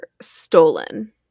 stolen